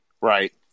Right